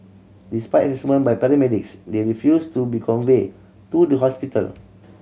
despite assessment by paramedics they refused to be conveyed to the hospital